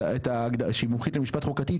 שהיא מומחית למשפט חוקתי,